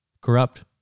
corrupt